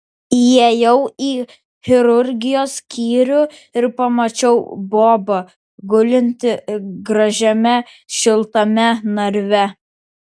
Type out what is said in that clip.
įėjau į chirurgijos skyrių ir pamačiau bobą gulintį gražiame šiltame narve